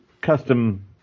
custom